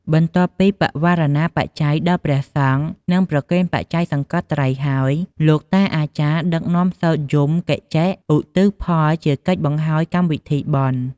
បន្ទាប់ពីបវារណាបច្ច័យដល់ព្រះសង្ឃ និងប្រគេនបច្ច័យសង្កត់ត្រៃហើយ លោកតាអាចារ្យដឹកនាំសូត្រយំកិញ្ចិ ឧទ្ទិសផលជាកិច្ចបង្ហើយកម្មវិធីបុណ្យ។